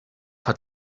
hat